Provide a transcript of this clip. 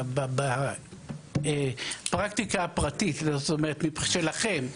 בפרקטיקה הפרטית שלכם.